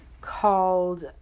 called